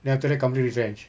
then after that company retrench